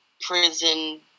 prison